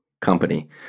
company